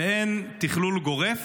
ואין תכלול גורף